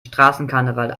straßenkarneval